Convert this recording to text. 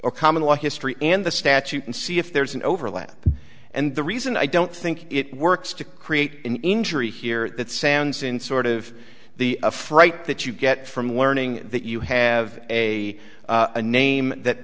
a common law history and the statute and see if there's an overlap and the reason i don't think it works to create an injury here that sounds in sort of the a fright that you get from learning that you have a name that